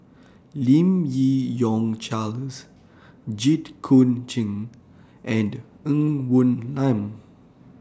Lim Yi Yong Charles Jit Koon Ch'ng and Ng Woon Lam